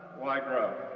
why grow?